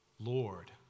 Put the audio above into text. Lord